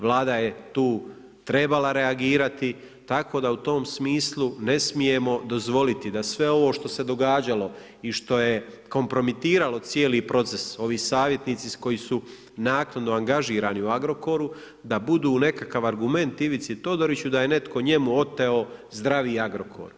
Vlada je tu trebala reagirati, tako da u tom smislu ne smijemo dozvoliti da sve ovo što se događalo i što je kompromitiralo cijeli proces, ovi savjetnici koji su naknadno angažirani u Agrokoru, da budu nekakav argument Ivici Todoriću da je netko njemu oteo zdravi Agrokor.